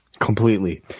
Completely